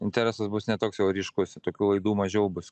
interesas bus ne toks jau ryškus ir tokių laidų mažiau bus